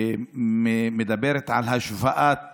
מדברת על השוואת